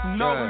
no